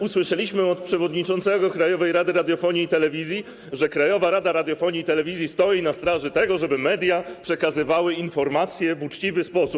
Usłyszeliśmy od przewodniczącego Krajowej Rady Radiofonii i Telewizji, że Krajowa Rada Radiofonii i Telewizji stoi na straży tego, żeby media przekazywały informacje w uczciwy sposób.